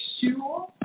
sure